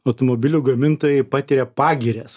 automobilių gamintojai patiria pagirias